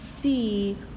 see